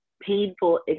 painful